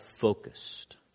focused